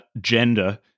gender